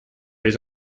les